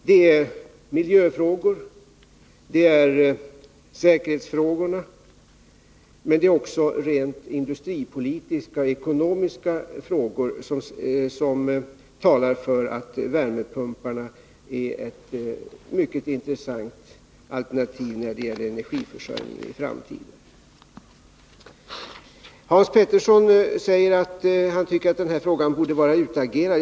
Det gäller miljöfrågor och säkerhetsfrågor, men också de rent industripolitiska och ekonomiska faktorer som talar för att värmepumparna är ett mycket intressant alternativ när det gäller den framtida energiförsörjningen. Hans Petersson sade att han tycker att denna fråga borde vara utagerad.